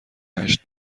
هشت